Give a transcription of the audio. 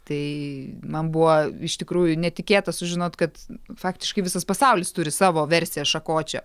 tai man buvo iš tikrųjų netikėta sužinot kad faktiškai visas pasaulis turi savo versiją šakočio